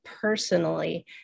personally